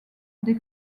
des